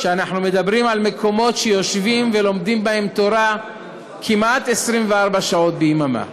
שאנחנו מדברים על מקומות שיושבים ולומדים בהם תורה כמעט 24 שעות ביממה,